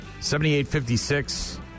78-56